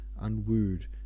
unwooed